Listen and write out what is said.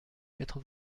quatre